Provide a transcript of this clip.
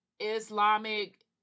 Islamic